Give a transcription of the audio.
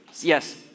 Yes